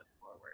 forward